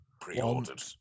pre-ordered